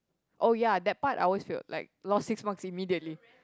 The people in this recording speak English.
oh ya that part I always fail like lost six marks immediately